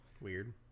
Weird